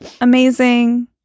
amazing